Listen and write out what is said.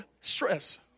stress